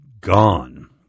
gone